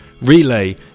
Relay